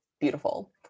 beautiful